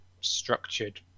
structured